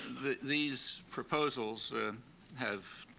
these proposals have,